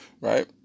right